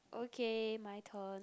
okay my turn